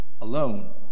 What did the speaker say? alone